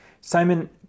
Simon